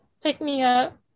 pick-me-up